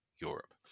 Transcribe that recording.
Europe